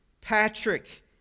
Patrick